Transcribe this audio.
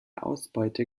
ausbeute